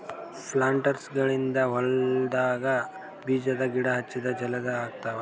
ಪ್ಲಾಂಟರ್ಸ್ಗ ಗಳಿಂದ್ ಹೊಲ್ಡಾಗ್ ಬೀಜದ ಗಿಡ ಹಚ್ಚದ್ ಜಲದಿ ಆಗ್ತಾವ್